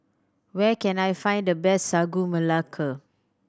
where can I find the best Sagu Melaka